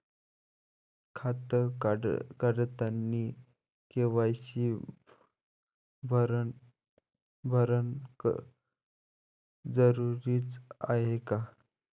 खातं काढतानी के.वाय.सी भरनं जरुरीच हाय का?